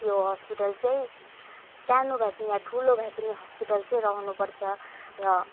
यो हस्पिटल चाहिँ सानो भए पनि वा ठुलो भए पनि हस्पिटल चाहिँ रहनु पर्छ र